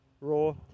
raw